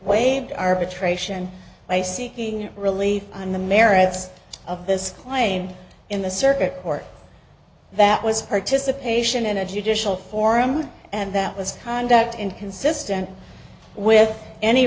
waived arbitration by seeking relief on the merits of this claim in the circuit court that was participation in a judicial forum and that was conduct inconsistent with any